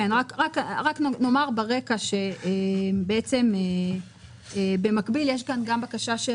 רק נאמר ברקע שבמקביל יש כאן גם בקשה של